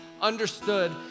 understood